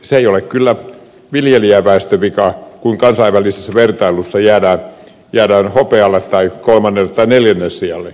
se ei ole kyllä viljelijäväestön vika kun kansainvälisessä vertailussa jäädään hopealle tai kolmannelle tai neljännelle sijalle